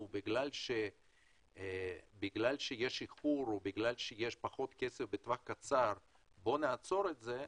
שבגלל שיש איחור או בגלל שיש פחות כסף בטווח קצר נעצור את זה,